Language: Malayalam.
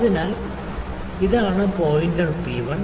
അതിനാൽ ഇതാണ് പോയിന്റർ പി 1